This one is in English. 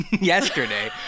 yesterday